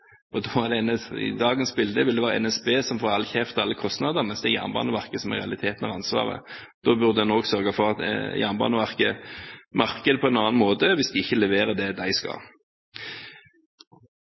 I dagens bilde vil det være NSB som får all kjeft og alle kostnader, mens det er Jernbaneverket som i realiteten har ansvaret. Da burde en også sørge for at Jernbaneverket merker det på en annen måte hvis de ikke leverer det de skal.